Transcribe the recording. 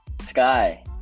Sky